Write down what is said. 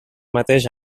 mateix